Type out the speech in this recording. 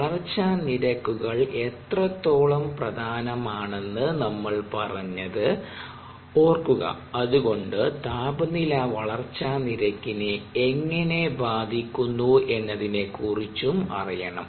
വളർച്ചാ നിരക്കുകൾ എത്രത്തോളം പ്രധാനം ആണെന്ന് നമ്മൾ പറഞ്ഞത് ഓർക്കുക അതുകൊണ്ട് താപനില വളർച്ചാ നിരക്കിനെ എങ്ങനെ ബാധിക്കുന്നു എന്നതിനെ കുറിച്ചും അറിയണം